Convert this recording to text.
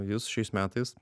jis šiais metais